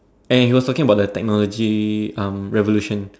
and he was talking about the technology um revolution